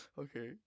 Okay